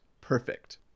perfect